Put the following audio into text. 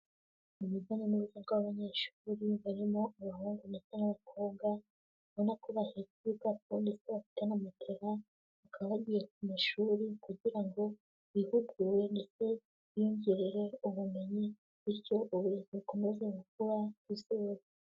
Urujya n'uruza rw'abanyeshuri barimo abahungu ndeste n'abakobwa, ubona ko bahetse ibikapu ndetse bafite na matera, bakaba bagiye ku mashuri kugira ngo bihugure ndetse biyongerera ubumenyi, bityo uburezi bukomeza gukura ku isi hose.